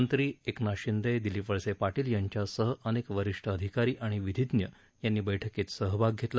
मंत्री एकनाथ शिंदे दिलीप वळसे पाटील यांच्यासह अनेक वरिष्ठ अधिकारी आणि विधिज्ञ यांनी बैठकीत सहभाग घेतला